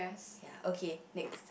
ya okay next